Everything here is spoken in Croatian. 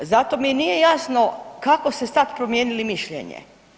Zato mi nije jasno kako ste sad promijenili mišljenje.